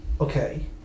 Okay